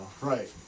right